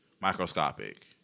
microscopic